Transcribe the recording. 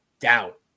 doubt